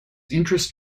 interest